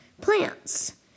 plants